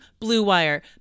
BLUEWIRE